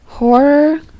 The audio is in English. Horror